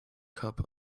cups